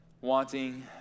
wanting